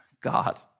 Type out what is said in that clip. God